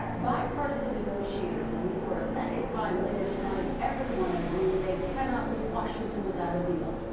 bipartisan negotiators will meet for a second time later tonight. everyone agreeing they cannot leave washington without a deal.